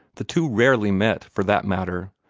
the two rarely met, for that matter,